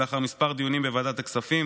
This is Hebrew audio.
ולאחר כמה דיונים בוועדת הכספים,